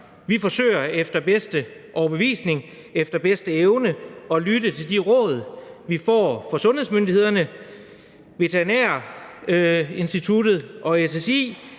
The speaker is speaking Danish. Vi forsøger efter bedste overbevisning og efter bedste evne at lytte til de råd, vi får fra sundhedsmyndighederne, Veterinærinstituttet og SSI,